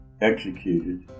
executed